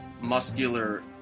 muscular